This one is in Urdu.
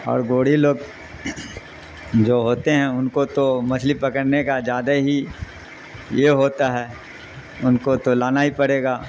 اور گوڑھی لوگ جو ہوتے ہیں ان کو تو مچھلی پکڑنے کا جدہ ہی یہ ہوتا ہے ان کو تو لانا ہی پڑے گا